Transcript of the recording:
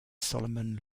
solomon